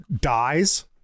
dies